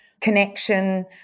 connection